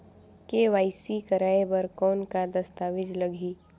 KYC कराय बर कौन का दस्तावेज लगही?